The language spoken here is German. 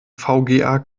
vga